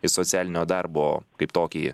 į socialinio darbo kaip tokį